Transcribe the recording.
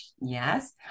yes